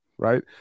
Right